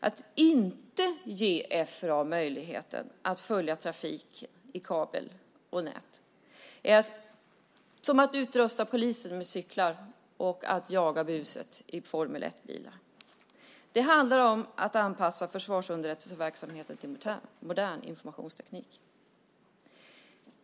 Att inte ge FRA möjligheten att följa trafik i kabel och nät är som att utrusta polisen med cyklar och att jaga buset i Formel 1-bilar. Det handlar om att anpassa försvarsunderrättelseverksamheten till modern informationsteknik.